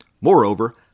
Moreover